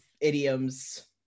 idioms